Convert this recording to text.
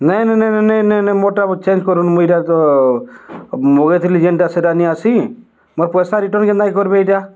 ନାଇଁ ନାଇଁ ନାଇଁ ନାଇଁ ନାଇ ନାଇଁ ମୋଟେ ଚେଞ୍ଜ୍ କରୁନ୍ତୁ ମୁଁ ଏଇଟା ତ ମଗେଇଥିଲି ଯେଉଁଟା ସେଇଟା ଆସିନି ମୋ ପଇସା ରିଟର୍ଣ୍ଣ କେମିତି କରିବି ଏଇଟା